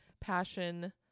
passion